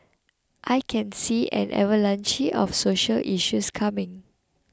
I can see an avalanche of social issues coming